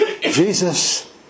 Jesus